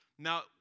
Now